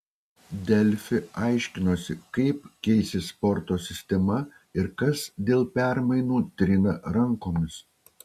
delfi aiškinosi kaip keisis sporto sistema ir kas dėl permainų trina rankomis